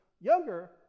younger